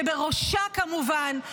שבראשה, כמובן,